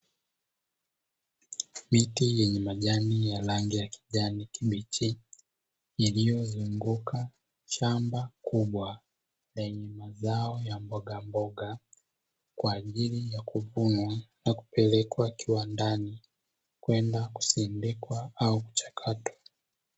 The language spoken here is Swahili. Miti yenye majani ya rangi ya kijani kibichi, yaliyozunguka shamba kubwa lenye mazao ya mbogamboga kwa ajili ya kuvunwa na kupelekwa kiwandani kwenda kusindikwa au kuchakatwa.